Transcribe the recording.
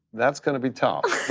that's gonna be tough,